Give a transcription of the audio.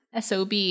SOB